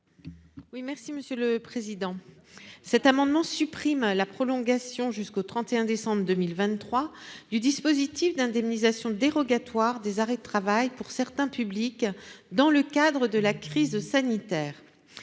Oui, merci Monsieur le Président, cet amendement supprime la prolongation jusqu'au 31 décembre 2023 du dispositif d'indemnisation dérogatoire des arrêts de travail pour certains publics dans le cadre de la crise sanitaire